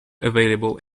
available